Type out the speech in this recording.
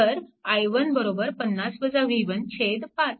तर i1 5